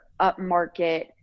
upmarket